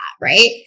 right